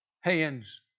hands